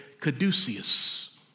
caduceus